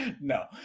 No